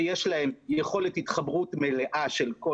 שיש להם יכולת התחברות מלאה של כל